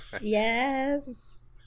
Yes